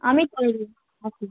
আমি কলেজে